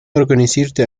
organisierte